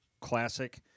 classic